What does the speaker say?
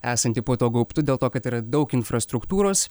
esantį po tuo gaubtu dėl to kad yra daug infrastruktūros